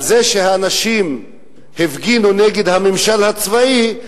על זה שהאנשים הפגינו נגד הממשל הצבאי.